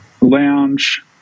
lounge